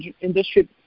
industry